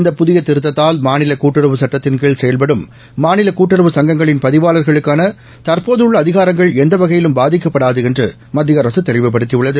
இந்த புதிய திருத்தத்தால் மாநில கூட்டுறவு சுட்டத்தின்கீழ் செயல்படும் மாநில கூட்டுறவு சங்கங்களின் பதிவாளர்களுக்கான தற்போதுள்ள அதிகாரங்கள் எந்த வகையிலும் பாதிக்கப்படாது என்று மத்திய அரசு தெளிவுபடுத்தியுள்ளது